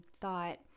thought